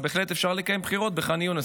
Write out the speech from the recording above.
בהחלט אפשר לקיים בחירות בח'אן יונס,